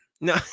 No